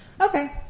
Okay